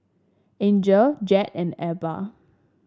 Angel Jed and Ebba